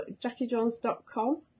JackieJones.com